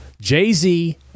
Jay-Z